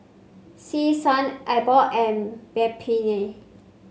Selsun Abbott and Peptamen